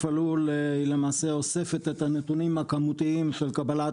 למעשה אוספת את הנתונים הכמותיים של קבלת